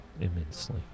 immensely